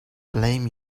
blame